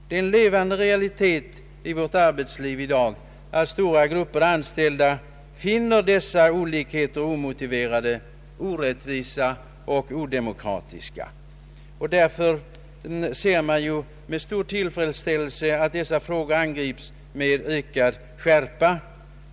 Det är en levande realitet i vårt arbetsliv i dag att stora grupper anställda finner dessa olikheter omotiverade, orättvisa och odemokratiska. Därför ser man med stor tillfredsställelse att dessa problem angrips med ökad skärpa.